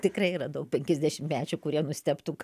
tikrai yra daug penkiasdešimtmečių kurie nustebtų